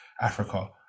Africa